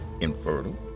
infertile